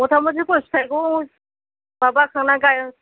मथामथि गय फिथाइखौ माबाखांनानै गाय